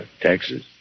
Texas